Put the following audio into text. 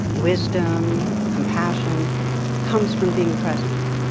wisdom, compassion comes from being present.